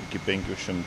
iki penkių šimtų